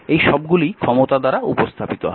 এই সবগুলিই ক্ষমতা দ্বারা উপস্থাপিত হয়